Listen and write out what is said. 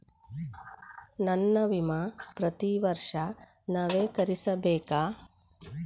ನನ್ನ ವಿಮಾ ಪ್ರತಿ ವರ್ಷಾ ನವೇಕರಿಸಬೇಕಾ?